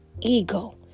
Ego